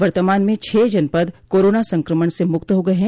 वर्तमान में छह जनपद कोरोना संक्रमण से मुक्त हो गये हैं